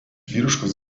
vyriškos